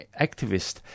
activists